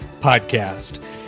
Podcast